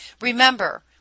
Remember